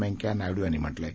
व्यंकैय्या नायडू यांनी म्हटलं आहे